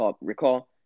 recall